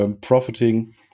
profiting